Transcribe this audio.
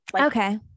Okay